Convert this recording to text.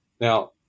Now